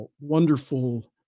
wonderful